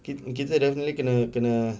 kita dah boleh kena kena